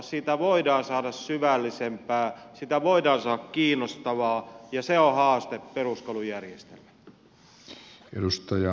siitä voidaan saada syvällisempää siitä voidaan saada kiinnostavaa ja se on haaste peruskoulujärjestelmälle